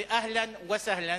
זה אהלן וסהלן,